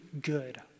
good